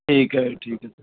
ਠੀਕ ਹੈ ਠੀਕ ਹੈ